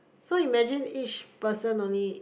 so you imagine each person only